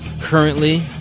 currently